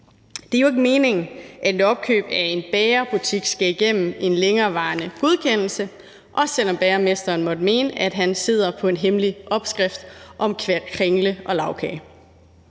Det er jo ikke meningen, at et opkøb af en bagerbutik skal igennem en længerevarende godkendelse, også selv om bagermesteren måtte mene, at han sidder på en hemmelig opskrift på kringle og lagkage